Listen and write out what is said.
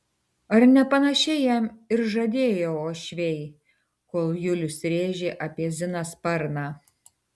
ar ne panašiai jam ir žadėjo uošviai kol julius rėžė apie ziną sparną